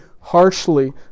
harshly